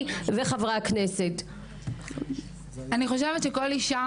אני חושבת שכל אישה